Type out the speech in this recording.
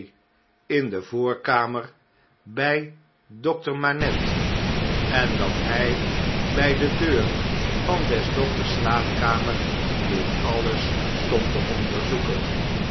in de voorkamer by dokter manette en dat hy by de deur van des dokters slaapkamer dit alles stond te onderzoeken